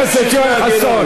אבל למה אתה לא מפיל את ה"חמאס"?